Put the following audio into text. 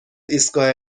ایستگاه